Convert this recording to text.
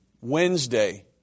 Wednesday